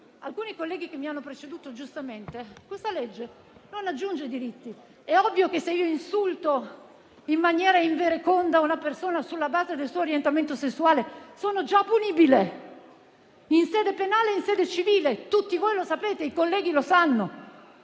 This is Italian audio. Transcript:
alcuni colleghi che mi hanno preceduto, questo disegno di legge non aggiunge diritti. È ovvio che se io insulto in maniera invereconda una persona sulla base del suo orientamento sessuale sono già punibile in sede penale e civile. Tutti voi lo sapete, i colleghi lo sanno.